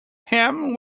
him